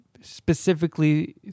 specifically